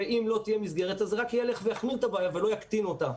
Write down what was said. ואם לא תהיה מסגרת אז רק יחמיר את הבעיה ולא יקטין אותה.